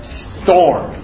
storm